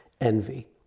envy